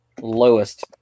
lowest –